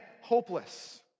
hopeless